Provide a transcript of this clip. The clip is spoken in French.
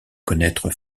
connaître